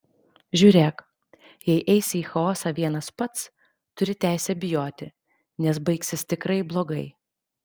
žiūrėk jei eisi į chaosą vienas pats turi teisę bijoti nes baigsis tikrai blogai